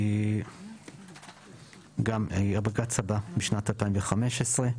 הבג"צ הבא משנת 2015,